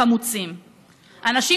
אליהם".